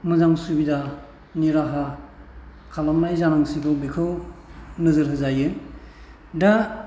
मोजां सुबिदानि राहा खालामनाय जानांसिगोन बेखौ नोजोर होजायो दा